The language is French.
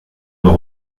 doit